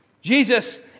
Jesus